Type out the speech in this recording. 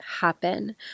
happen